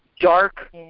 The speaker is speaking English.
dark